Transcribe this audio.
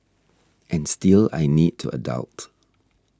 and still I need to adult